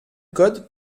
code